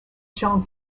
shown